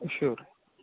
sure